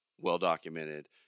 well-documented